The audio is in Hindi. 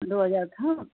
दो हज़ार था